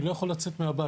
אני לא יכול לצאת מהבית.